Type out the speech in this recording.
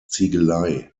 ziegelei